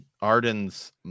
Arden's